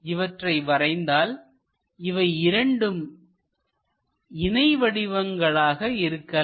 இவற்றை வரைந்தால் இவையிரண்டும் இணை வடிவங்களாக இருக்கலாம்